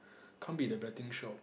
can't be the betting shop